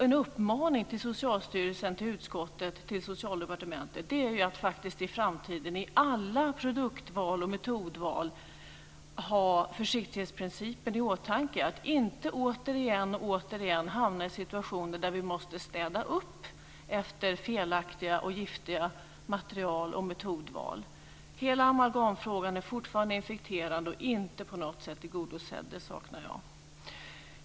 En uppmaning till Socialstyrelsen, till utskottet och till Socialdepartementet är ju att man faktiskt i framtiden när det gäller alla produktval och metodval ska ha försiktighetsprincipen i åtanke, så att man inte återigen och återigen hamnar i situationer där vi måste städa upp efter giftiga material och felaktiga metodval. Hela amalgamfrågan är fortfarande infekterad och inte på något sätt tillgodosedd. Det här saknar jag.